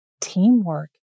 teamwork